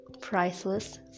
priceless